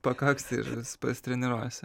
pakaks ir pasitreniruosiu